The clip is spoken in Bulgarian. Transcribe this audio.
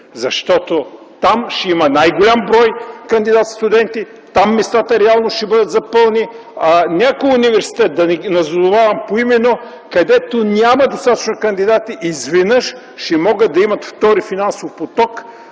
Защото там ще има най-голям брой кандидат-студенти, там местата реално ще бъдат запълнени. А някои университети, да не ги назовавам поименно, където няма достатъчно кандидати, изведнъж ще могат да имат втори финансов поток